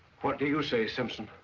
what do you say simpson?